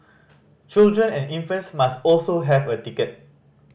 children and infants must also have a ticket